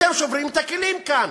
אתם שוברים את הכלים כאן,